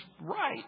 right